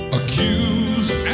accused